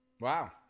wow